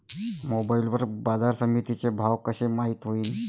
Mobile वर बाजारसमिती चे भाव कशे माईत होईन?